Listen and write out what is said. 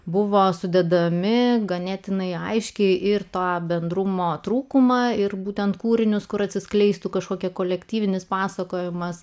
buvo sudedami ganėtinai aiškiai ir tą bendrumo trūkumą ir būtent kūrinius kur atsiskleistų kažkokia kolektyvinis pasakojimas